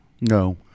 No